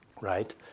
right